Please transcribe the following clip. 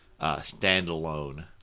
standalone